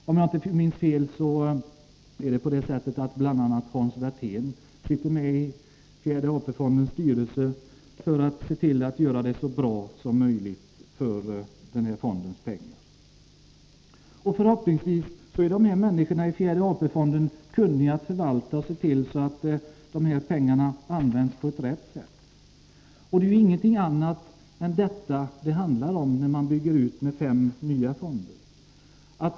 Om jag inte minns fel sitter bl.a. Hans Werthén med i fjärde AP-fondens styrelse för att se till att den här fondens pengar används så bra som möjligt. Förhoppningsvis är dessa människor kunniga och kan förvalta de här pengarna på ett riktigt sätt. Det är ingenting annat än detta det handlar om när man bygger ut systemet med fem nya fonder.